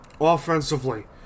Offensively